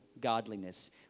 godliness